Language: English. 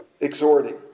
exhorting